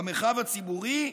במרחב הציבורי,